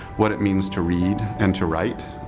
what it means to read and to write,